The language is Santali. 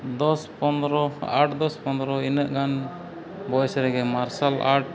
ᱫᱚᱥ ᱯᱚᱫᱨᱚ ᱟᱴ ᱫᱚᱥ ᱯᱚᱫᱨᱚ ᱤᱱᱟᱹᱜ ᱜᱟᱱ ᱵᱚᱭᱚᱥ ᱨᱮᱜᱮ ᱢᱟᱨᱥᱟᱞ ᱟᱴ